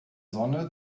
sonne